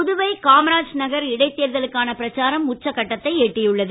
புதுவை காமராஜ் நகர் இடைத் தேர்தலுக்கான பிரச்சாரம் உச்சகட்டத்தை எட்டி உள்ளது